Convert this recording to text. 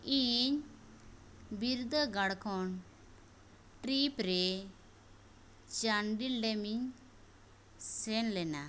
ᱤᱧ ᱵᱤᱨᱫᱟᱹᱜᱟᱲ ᱠᱷᱚᱱ ᱴᱨᱤᱯᱨᱮ ᱪᱟᱱᱰᱤᱞ ᱰᱮᱢᱤᱧ ᱥᱮᱱᱞᱮᱱᱟ